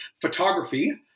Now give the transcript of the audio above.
photography